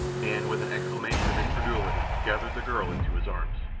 and with an exclamation of incredulity gathered the girl into his arms.